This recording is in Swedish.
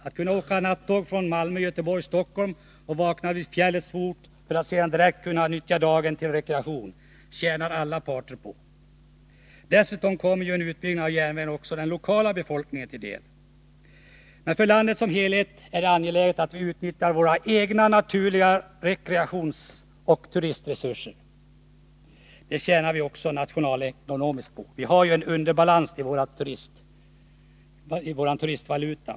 Att kunna åka nattåg från Malmö, Göteborg och Stockholm och vakna vid fjällets fot för att sedan direkt kunna utnyttja dagen till rekreation tjänar alla parter på. Dessutom kommer ju en utbyggnad av järnvägen också den lokala befolkningen till del. För landet som helhet är det angeläget att vi utnyttjar våra egna naturliga rekreationsoch turistresurser. Det tjänar vi också nationalekonomiskt på. Vi har ju en underbalans när det gäller turistvaluta.